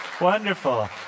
Wonderful